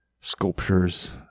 sculptures